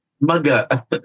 Maga